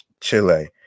Chile